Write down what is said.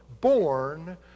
born